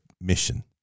mission